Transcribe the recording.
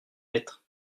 lettres